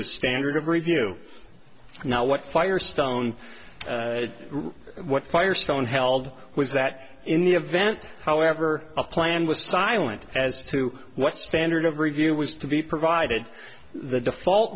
capricious standard of review now what firestone what firestone held was that in the event however a plan was silent as to what standard of review was to be provided the default